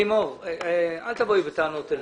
לימור, אל תבואי בטענות אלינו.